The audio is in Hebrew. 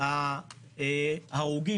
ההרוגים